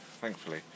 thankfully